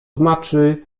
znaczy